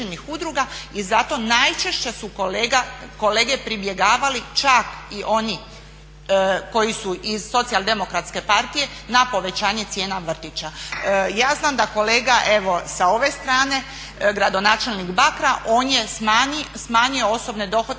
I zato najčešće su kolege pribjegavali, čak i oni koji su iz Socijaldemokratske partije na povećanje cijena vrtića. Ja znam da kolega evo s ove strane, gradonačelnik Bakra, on je smanjio osobne dohotke